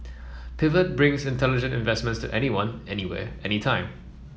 Pivot brings intelligent investments to anyone anywhere anytime